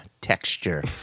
texture